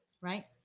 right